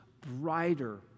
brighter